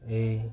এই